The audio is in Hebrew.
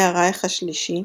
פני הרייך השלישי,